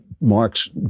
Marx